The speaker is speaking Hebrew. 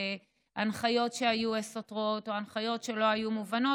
מהנחיות שהיו סותרות או הנחיות שלא היו מובנות.